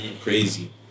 crazy